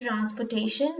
transportation